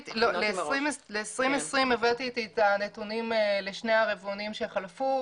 ל-2020 הבאתי איתי את הנתונים לשני הרבעונים שחלפו.